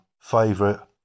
favorite